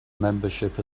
membership